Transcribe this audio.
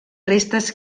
restes